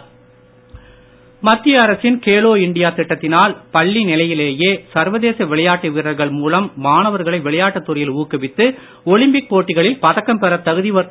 விளையாட்டு மத்திய அரசின் கேலோ இண்டியா திட்டத்தினால் பள்ளி நிலையிலேயே சர்வதேச விளையாட்டு வீரர்கள் மூலம் மாணவர்களை விளையாட்டுத் துறையில் ஊக்குவித்து ஒலிம்பிக் போட்டிகளில் பதக்கம் பெறத்